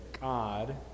God